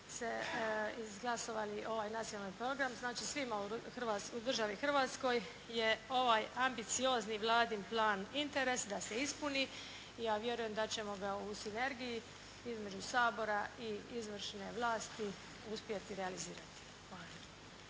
izglasovali ovaj nacionalni program. Znači svima u državi Hrvatskoj je ovaj ambiciozni Vladin plan interes da se ispuni i ja vjerujem da ćemo ga u sinergiji između Sabora i izvršne vlasti uspjeti realizirati. Hvala